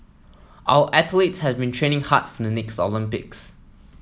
our athletes have been training hard for the next Olympics